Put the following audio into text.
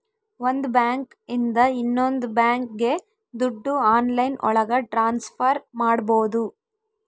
ಒಂದ್ ಬ್ಯಾಂಕ್ ಇಂದ ಇನ್ನೊಂದ್ ಬ್ಯಾಂಕ್ಗೆ ದುಡ್ಡು ಆನ್ಲೈನ್ ಒಳಗ ಟ್ರಾನ್ಸ್ಫರ್ ಮಾಡ್ಬೋದು